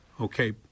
okay